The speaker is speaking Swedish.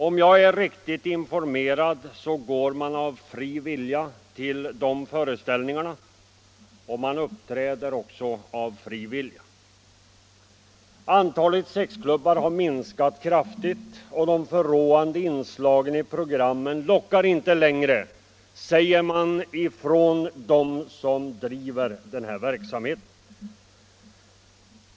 Om jag är riktigt informerad så går man av fri vilja till dessa föreställningar, och man uppträder också av fri vilja. Antalet sexklubbar har minskat kraftigt och de ”förråande” inslagen i programmen lockar inte längre, säger de som driver denna verksamhet.